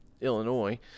Illinois